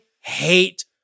hate